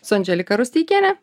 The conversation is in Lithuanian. su andželika rusteikiene